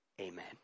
Amen